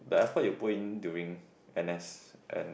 the effort that you put in during n_s and